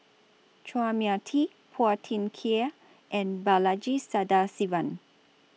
Chua Mia Tee Phua Thin Kiay and Balaji Sadasivan